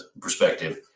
perspective